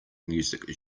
music